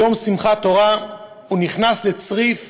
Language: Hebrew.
ביום שמחת תורה, הוא נכנס לצריף